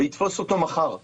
ויתפוס אותו מחר,